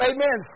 Amen